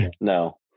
No